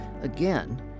Again